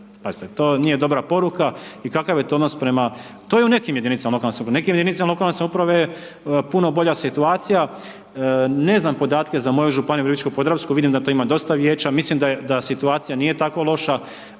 to nije dobra poruka i kakav je to odnos prema, to je u nekim jedinicama lokalne samouprave, u nekim jedinicama lokalne samouprave je puno bolja situacija. Ne znam podatke za moju županiju Virovitičko-podravsku vidim da tu ima dosta vijeća, mislim da je, da situacija nije tako loša,